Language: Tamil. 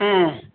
ஆ